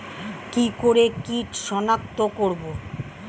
কি করে কিট শনাক্ত করব?